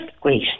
great